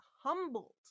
humbled